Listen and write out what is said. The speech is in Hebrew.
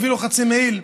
מביא לו חצי מעיל?